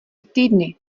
týdny